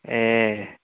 ଏ